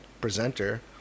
presenter